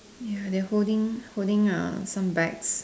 ya they're holding holding uh some bags